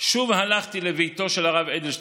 שוב הלכתי לביתו של הרב אדלשטיין,